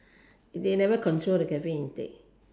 if they never control the caffeine intake